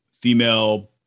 female